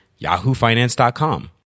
yahoofinance.com